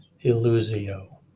illusio